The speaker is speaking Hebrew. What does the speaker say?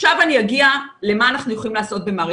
עכשיו אני אגיע למה אנחנו יכולים לעשות במערכת החינוך.